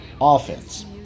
offense